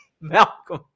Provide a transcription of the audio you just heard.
Malcolm